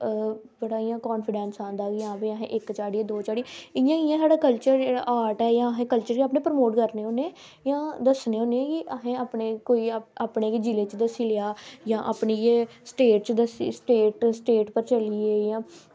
बड़ा इंया कांफिडेंस आंदा कि आं असें इक्क चाढ़े दौ चाढ़े इंया इंया साढ़ा आर्ट ऐ जां अस अपने कल्चर गी प्रमोट करने होन्ने ओह् दस्सने होन्ने असें अपने कोई अपने गै जिले च दस्सी ओड़ेआ जां अपने गै स्टेट पर चलिये जां